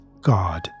god